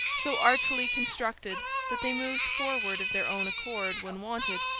so artfully constructed that they moved forward of their own accord when wanted,